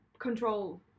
Control